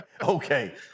okay